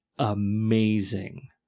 Amazing